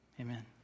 Amen